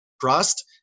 trust